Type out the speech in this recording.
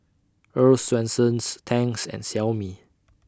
Earl's Swensens Tangs and Xiaomi